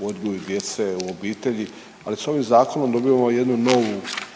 u odgoju djece u obitelji, ali s ovim zakonom dobivamo jednu novu